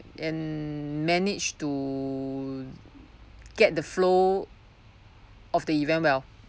and managed to get the flow of the event well